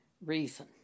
reason